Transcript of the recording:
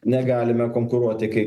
negalime konkuruoti kai